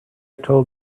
told